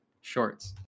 shorts